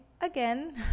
again